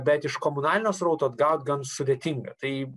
bet iš komunalinio srauto atgaut gan sudėtinga tai